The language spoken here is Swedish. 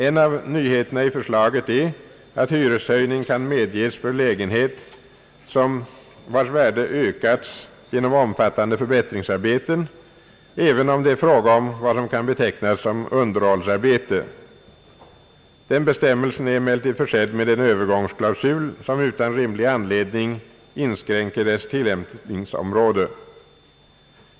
En av nyheterna i förslaget är att hyreshöjning kan medges för lägenhet, vars värde ökats genom omfattande förbättringsarbeten, även om det är fråga om vad som kan betecknas som underhållsarbete. Denna bestämmelse är emellertid försedd med en övergångsklausul som utan rimlig anledning inskränker dess tillämpningsområde.